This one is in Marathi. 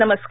नमस्कार